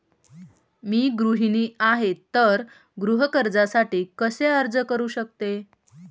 मी गृहिणी आहे तर गृह कर्जासाठी कसे अर्ज करू शकते?